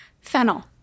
fennel